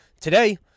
today